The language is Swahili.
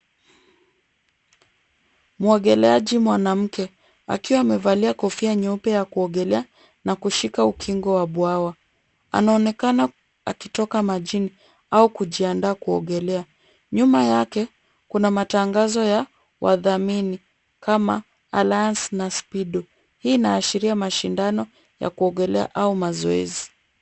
Mwogoleaji mwanamke akiwa amevalia kofia nyeupe ya kuogelea na kushika ukingo wa bwawa. Anaonekana akitoka majini au kujiandaa kuogelea. Nyuma yake kuna matangazo ya wadhamini kama "Alliance na Speedo." Hii inaashiria mashindano ya kuogelea au mazoezi.